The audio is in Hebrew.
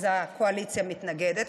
אז הקואליציה מתנגדת.